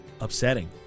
upsetting